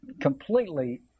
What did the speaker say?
completely